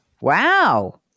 Wow